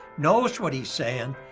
knows what he's saying,